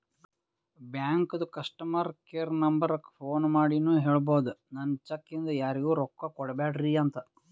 ಬ್ಯಾಂಕದು customer care ನಂಬರಕ್ಕ phone ಮಾಡಿನೂ ಹೇಳ್ಬೋದು, ನನ್ ಚೆಕ್ ಇಂದ ಯಾರಿಗೂ ರೊಕ್ಕಾ ಕೊಡ್ಬ್ಯಾಡ್ರಿ ಅಂತ